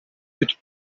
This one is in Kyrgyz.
күтүп